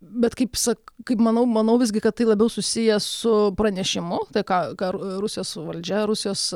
bet kaip sak kaip manau manau visgi kad tai labiau susiję su pranešimu tai ką gal rusijos valdžia rusijos